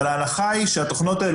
אבל ההנחה היא שהתוכנות האלה,